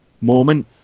moment